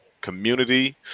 community